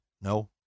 No